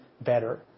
better